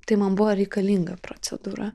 tai man buvo reikalinga procedūra